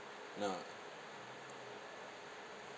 nah